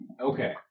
Okay